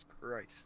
Christ